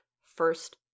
first